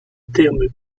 terme